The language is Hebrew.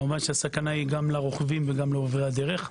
הסכנה היא גם לא רוכבים וגם לעוברים בדרך,